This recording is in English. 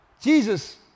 Jesus